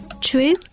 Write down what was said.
True